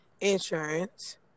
insurance